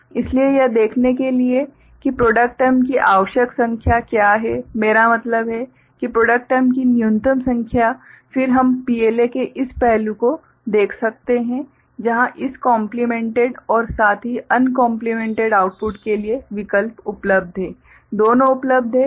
इसलिए यह देखने के लिए कि प्रॉडक्ट टर्म की आवश्यक संख्या क्या है मेरा मतलब है कि प्रॉडक्ट टर्म की न्यूनतम संख्या फिर हम PLA के इस पहलू को देख सकते हैं जहां इस कोम्प्लीमेंटेड और साथ ही अनकोम्प्लीमेंटेड आउटपुट के लिए विकल्प उपलब्ध हैं दोनों उपलब्ध हैं